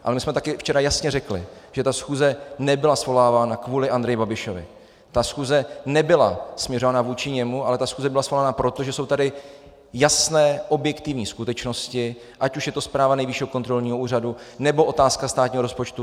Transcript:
Ale my jsme taky včera jasně řekli, že ta schůze nebyla svolávána kvůli Andreji Babišovi, ta schůze nebyla směřována vůči němu, ale ta schůze byla svolána proto, že jsou tady jasné, objektivní skutečnosti, ať už je to zpráva Nejvyššího kontrolního úřadu, nebo otázka státního rozpočtu.